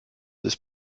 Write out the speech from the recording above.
ist